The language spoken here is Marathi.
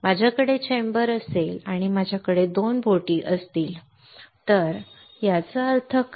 माझ्याकडे चेंबर असेल आणि माझ्याकडे 2 बोटी असतील तर याचा अर्थ काय